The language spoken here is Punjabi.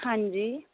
ਹਾਂਜੀ